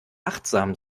achtsam